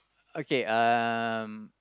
okay um